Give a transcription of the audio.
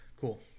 cool